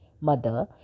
Mother